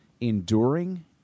enduring